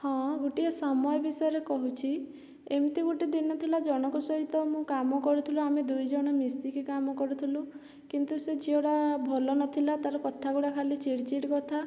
ହଁ ଗୋଟିଏ ସମୟ ବିଷୟରେ କହୁଛି ଏମିତି ଗୋଟିଏ ଦିନ ଥିଲା ଜଣଙ୍କ ସହିତ ମୁଁ କାମ କରୁଥିଲୁ ଆମେ ଦୁଇ ଜଣ ମିଶିକି କାମ କରୁଥିଲୁ କିନ୍ତୁ ସେ ଝିଅଟା ଭଲ ନଥିଲା ତାର କଥାଗୁଡ଼ା ଖାଲି ଚିଡ଼ି ଚିଡ଼ି କଥା